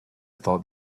thought